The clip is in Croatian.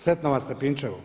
Sretno vam Stepinčevo!